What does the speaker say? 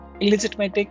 illegitimate